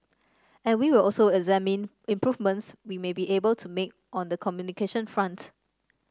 and we will also examine improvements we may be able to make on the communication front